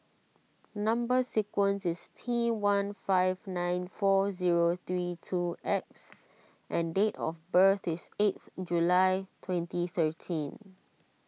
Number Sequence is T one five nine four zero three two X and date of birth is eighth July twenty thirteen